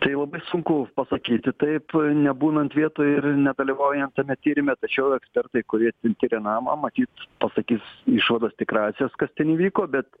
tai labai sunku pasakyti taip nebūnant vietoje ir nedalyvaujant tame tyrime tačiau ekspertai kurie tiria namą matyt pasakys išvadas tikrąsias kas ten įvyko bet